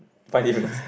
find difference